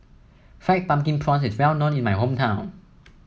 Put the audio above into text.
Fried Pumpkin Prawns is well known in my hometown